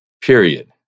Period